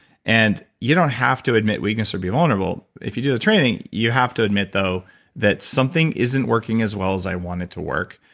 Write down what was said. and you don't have to admit weakness or be vulnerable. if you do the training, you have to admit though that something isn't working as well as i want it to work.